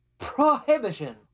Prohibition